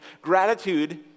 Gratitude